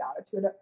attitude